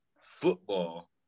football